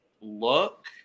look